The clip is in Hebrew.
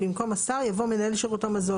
במקום "השר" יבוא "מנהל שירות המזון"